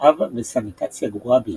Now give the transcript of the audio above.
רעב וסניטציה גרועה ביותר,